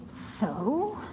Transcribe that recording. so.